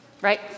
right